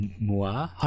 moi